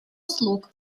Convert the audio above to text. услуг